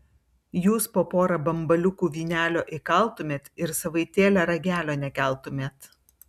jūs po porą bambaliukų vynelio įkaltumėt ir savaitėlę ragelio nekeltumėt